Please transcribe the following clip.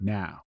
now